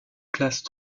classe